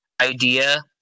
idea